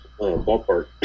Ballpark